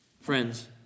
Friends